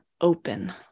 open